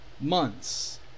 months